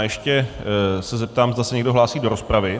Ještě se zeptám, zda se někdo hlásí do rozpravy.